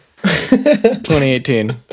2018